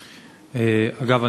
אגב,